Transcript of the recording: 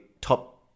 top